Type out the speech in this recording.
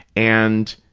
and,